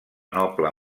noble